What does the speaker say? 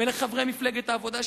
ולחברי מפלגת העבודה,